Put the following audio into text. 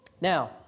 Now